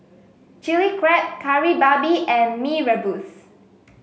Chilli Crab Kari Babi and Mee Rebus